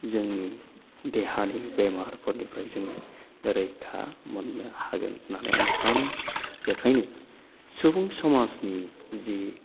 जोंनि देहानि बेमारफोरनिफ्राय जोङो रैखा मोननो हागोन होननानै आं सानो बेखायनो सुबुं समाजनि जि